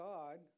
God